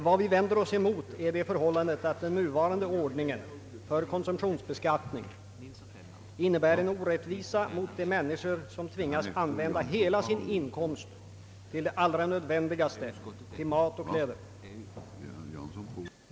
Vad vi vänder oss emot är det förhållandet att den nuvarande ordningen för konsumtionsbeskattning innebär en orättvisa mot de människor som tvingas använda hela sin inkomst till det allra nödvändigaste, till mat och kläder.